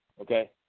Okay